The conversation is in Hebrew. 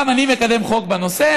גם אני מקדם חוק בנושא,